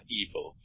evil